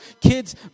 kids